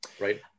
right